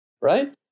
right